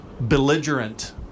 belligerent